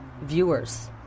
viewers